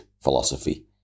philosophy